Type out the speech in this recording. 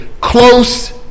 close